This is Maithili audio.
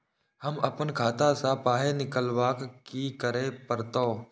हम आपन खाता स पाय निकालब की करे परतै?